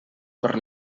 per